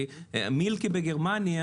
המילקי בגרמניה,